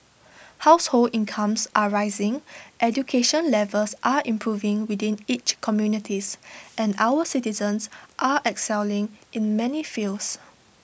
household incomes are rising education levels are improving within each communities and our citizens are excelling in many fields